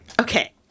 okay